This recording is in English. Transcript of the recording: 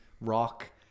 rock